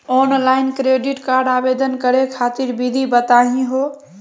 Online credit card आवेदन करे खातिर विधि बताही हो?